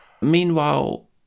Meanwhile